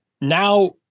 now